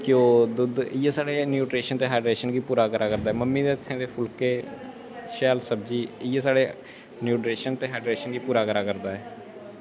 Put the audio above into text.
घिओ दुद्ध इयै साढ़े न्यूट्रिशियन ते हाईड्रेशन की पूरा करा करदा ऐ मम्मी दे हत्थें दीे फुलकै सब्ज़ी इयै साढ़े न्यूट्रिशियन ते हाईड्रेशन गी पूरा करा करदा ऐ